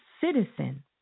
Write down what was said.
citizen